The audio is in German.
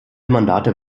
mandate